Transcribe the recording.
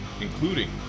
including